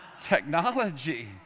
technology